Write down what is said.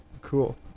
cool